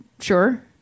Sure